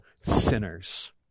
sinners